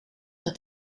dat